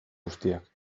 guztiak